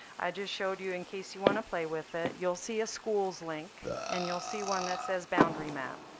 i just showed you, in case you want to play with it, you'll see a schools link. and you'll see one that says boundary map.